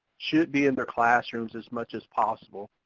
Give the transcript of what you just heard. should be in their classrooms as much as possible.